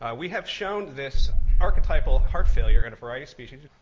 ah we have shown this archetypal heart failure in a variety species.